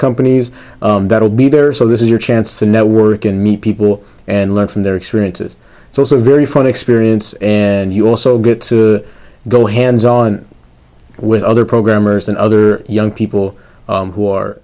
companies that will be there so this is your chance to network and me people and learn from their experiences so it's a very fun experience and you also get to go hen's on with other programmers and other young people who